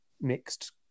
mixed